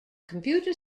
computer